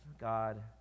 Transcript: God